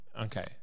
Okay